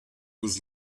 was